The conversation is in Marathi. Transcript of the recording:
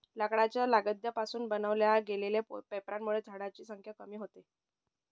लाकडाच्या लगद्या पासून बनवल्या गेलेल्या पेपरांमुळे झाडांची संख्या कमी होते आहे